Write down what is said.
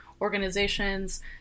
organizations